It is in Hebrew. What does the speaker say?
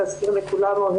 להזכיר לכולנו,